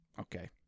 Okay